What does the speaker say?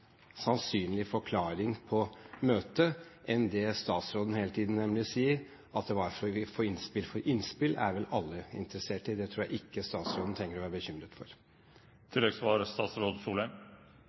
sannsynlig forklaring på møtet enn det statsråden hele tiden sier, at det var for å få innspill. Innspill er vel alle interessert i. Det tror jeg ikke statsråden trenger å være bekymret